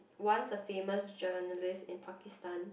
once a famous journalist in Pakistan